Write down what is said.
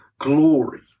glory